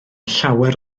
llawer